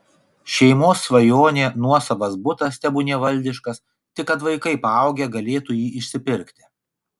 šeimos svajonė nuosavas butas tebūnie valdiškas tik kad vaikai paaugę galėtų jį išsipirkti